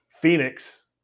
Phoenix